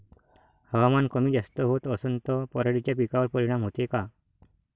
हवामान कमी जास्त होत असन त पराटीच्या पिकावर परिनाम होते का?